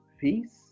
peace